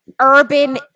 urban